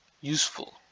useful